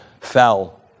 fell